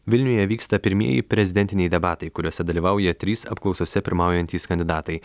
vilniuje vyksta pirmieji prezidentiniai debatai kuriuose dalyvauja trys apklausose pirmaujantys kandidatai